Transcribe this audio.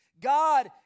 God